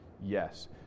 Yes